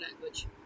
language